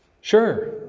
Sure